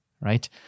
right